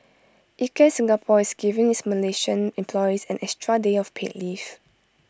Ikea Singapore is giving its Malaysian employees an extra day of paid leave